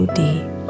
deep